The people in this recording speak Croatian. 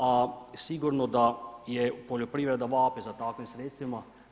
A sigurno da poljoprivreda vapi za takvim sredstvima.